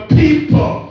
people